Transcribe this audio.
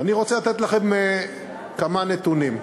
אני רוצה לתת לכם כמה נתונים: